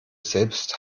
selbst